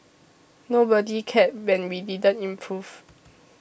nobody cared when we didn't improve